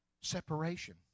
separation